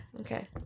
Okay